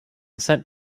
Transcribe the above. sent